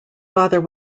father